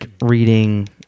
reading